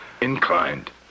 Inclined